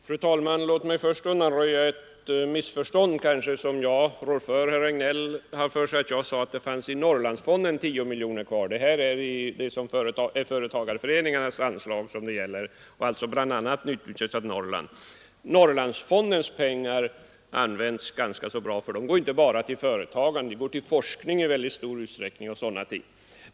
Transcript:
Fru talman! Låt mig först undanröja det missförstånd, som jag kanske rår för. Herr Regnéll har för sig att jag sade att det i Norrlandsfonden fanns kvar 10 miljoner. Men det är vad som finns kvar av företagarföreningarnas anslag, som ju utnyttjas bla. i Norrland. Norrlandsfondens pengar används ganska bra; de går inte bara till företagande utan i stor utsträckning till forskning och sådana ting.